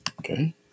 okay